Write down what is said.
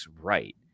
right